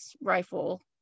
rifle